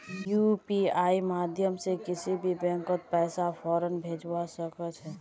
यूपीआईर माध्यम से किसी भी बैंकत पैसा फौरन भेजवा सके छे